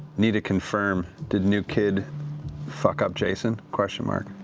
need to confirm. did new kid fuck up jason? question mark.